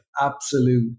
absolute